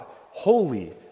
holy